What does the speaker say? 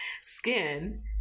skin